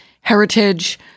heritage